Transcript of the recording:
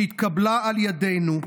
שהתקבלה על ידינו,